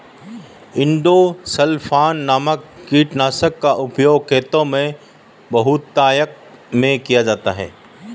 endosulfan नामक कीटनाशक का प्रयोग खेतों में बहुतायत में किया जाता है